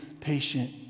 patient